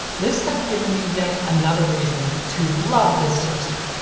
this has given me yet another reason to love this toaster.